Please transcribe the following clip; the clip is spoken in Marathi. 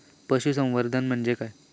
पशुसंवर्धन म्हणजे काय आसा?